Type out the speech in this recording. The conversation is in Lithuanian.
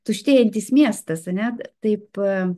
tuštėjantis miestas ane taip